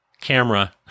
Camera